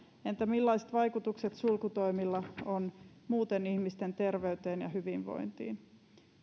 entä millaiset vaikutukset sulkutoimilla on muuten ihmisten terveyteen ja hyvinvointiin